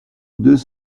deux